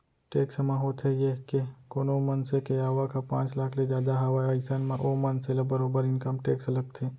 tax म होथे ये के कोनो मनसे के आवक ह पांच लाख ले जादा हावय अइसन म ओ मनसे ल बरोबर इनकम टेक्स लगथे